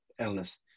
illness